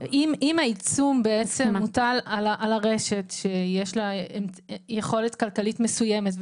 אם העיצום מוטל על הרשת שיש לה יכולת כלכלית מסוימת,